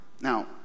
Now